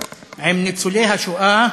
עם ניצולי השואה